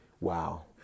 wow